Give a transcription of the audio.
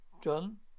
John